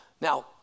Now